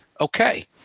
Okay